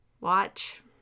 watch